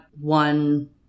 one